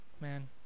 Man